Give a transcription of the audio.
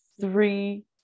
Three